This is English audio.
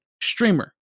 streamer